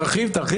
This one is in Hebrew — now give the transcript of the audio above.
תרחיב.